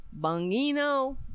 Bungino